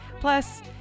Plus